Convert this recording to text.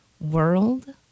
world